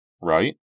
Right